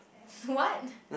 what